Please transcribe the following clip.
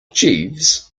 jeeves